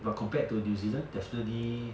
but compared to new zealand definitely